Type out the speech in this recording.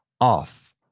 off